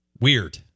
Weird